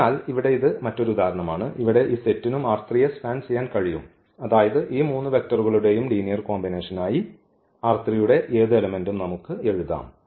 അതിനാൽ ഇവിടെ ഇത് മറ്റൊരു ഉദാഹരണമാണ് ഇവിടെ ഈ സെറ്റിനും യെ സ്പാൻ ചെയ്യാൻ കഴിയും അതായത് ഈ മൂന്ന് വെക്റ്ററുകളുടെയും ലീനിയർ കോമ്പിനേഷൻ ആയി ഈ യുടെ ഏത് എലെമെന്റും നമുക്ക് എഴുതാം